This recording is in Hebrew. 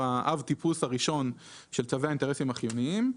הוא אב הטיפוס הראשון של צווי האינטרסים החיוניים,